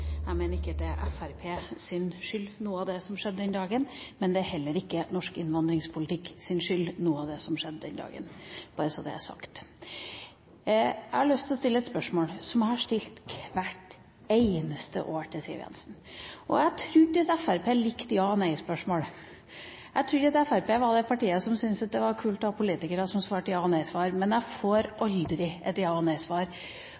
Jeg mener ikke at det er Fremskrittspartiets skyld noe av det som skjedde den dagen, men det er heller ikke norsk innvandringspolitikks skyld noe av det som skjedde den dagen – bare så det er sagt. Jeg har lyst til å stille et spørsmål som jeg har stilt hvert eneste år til Siv Jensen. Jeg trodde at Fremskrittspartiet likte ja- og nei-spørsmål. Jeg trodde at Fremskrittspartiet var det partiet som syntes det var kult å ha politikere som ga ja- og nei-svar, men jeg får